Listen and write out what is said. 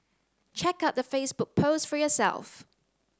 check out the Facebook post for yourself